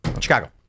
Chicago